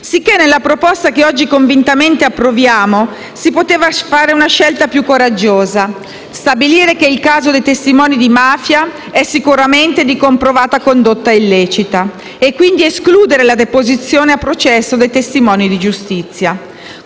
Sicché nella proposta che oggi convintamente ci accingiamo ad approvare si poteva fare una scelta più coraggiosa, cioè stabilire che il caso dei testimoni di mafia è sicuramente di comprovata condotta illecita e quindi escludere la deposizione a processo dei testimoni di giustizia,